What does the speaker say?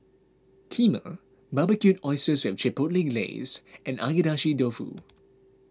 Kheema Barbecued Oysters with Chipotle Glaze and Agedashi Dofu